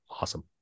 Awesome